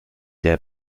der